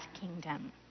kingdom